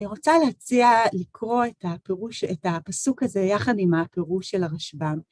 אני רוצה להציע לקרוא את הפסוק הזה יחד עם הפירוש של הרשבם.